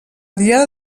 diada